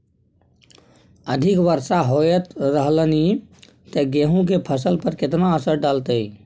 अधिक वर्षा होयत रहलनि ते गेहूँ के फसल पर केतना असर डालतै?